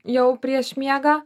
jau prieš miegą